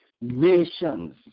nations